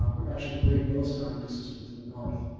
um actually the greater yellowstone ecosystem to the north.